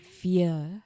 fear